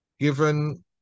given